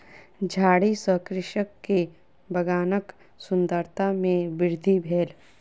झाड़ी सॅ कृषक के बगानक सुंदरता में वृद्धि भेल